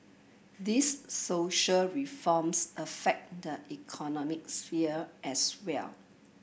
these social reforms affect the economic sphere as well